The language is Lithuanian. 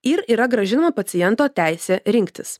ir yra grąžinama paciento teisė rinktis